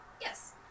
Yes